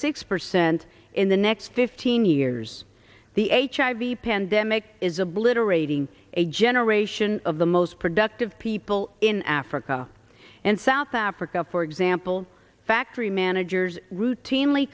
six percent in the next fifteen years the h i b pandemic is obliterating a generation of the most productive people in africa and south africa for example factory managers routinely